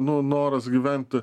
nu noras gyventi